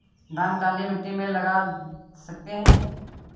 धान काली मिट्टी में लगा सकते हैं?